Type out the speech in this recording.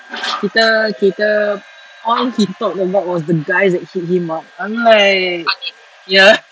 kita kita all he talked about was the guys that hit him up I'm like ya